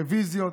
רוויזיות.